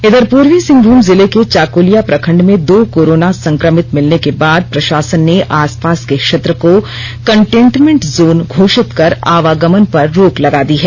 इधर पूर्वी सिंहभूम जिले के चाकुलिया प्रखंड में दो कोरोना संक्रमित मिलने के बाद प्रषासन ने आस पास के क्षेत्र को कंटेनमेंट जोन घोषित कर आवागमन पर रोक लगा दी है